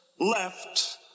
left